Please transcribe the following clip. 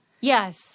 yes